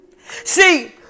See